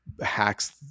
hacks